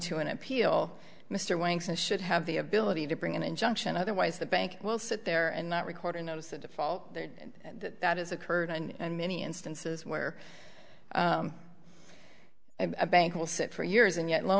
to an appeal mr winks and should have the ability to bring an injunction otherwise the bank will sit there and not record a notice of default that is occurred and many instances where i bank will sit for years and yet lo